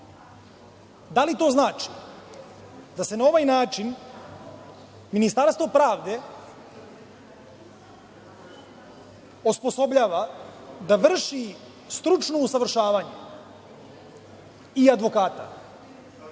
Da li to znači da se na ovaj način Ministarstvo pravde osposobljava da vrši stručno usavršavanje i advokata,